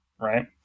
right